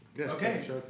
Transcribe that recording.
Okay